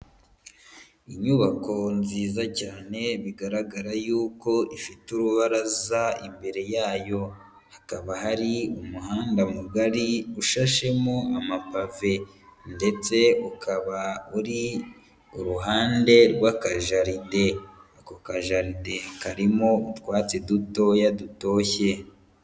Inyubako nziza cyane bigaragara yuko ifite urubaraza imbere yayo, hakaba hari umuhanda mugari ushashemo amapave ndetse ukaba uri uruhande rw'akajaride, ako kajaride karimo utwatsi dutoya dutoshye.